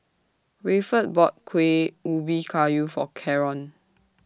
Rayford bought Kuih Ubi Kayu For Caron